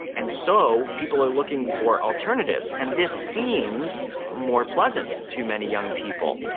and so people are looking for alternatives, and this seems more pleasant to many young people.